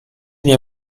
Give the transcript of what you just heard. nie